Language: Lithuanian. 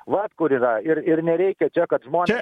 vat kur yra ir ir nereikia čia kad žmonės